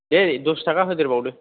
दे दस थाखा होदेरबावदो